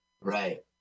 Right